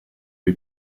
who